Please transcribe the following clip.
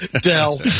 Dell